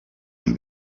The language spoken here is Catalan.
amb